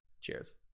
Cheers